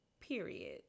period